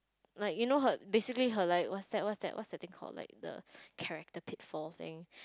like you know her basically her like what's that what's that what's that thing called like the character pitfall thing